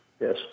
Yes